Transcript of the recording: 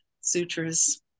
sutras